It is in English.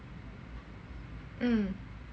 mm